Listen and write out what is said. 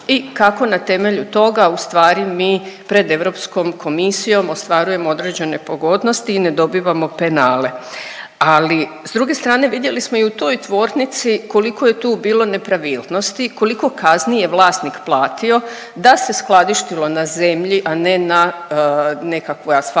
i kako na temelju toga ustvari mi pred Europskom komisijom ostvarujemo određene pogodnosti i ne dobivamo penale. Ali s druge strane vidjeli smo i u toj tvornici koliko je tu bilo nepravilnosti, koliko kazni je vlasnik platio da se skladištilo na zemlji, a ne na nekakvoj asfaltiranoj,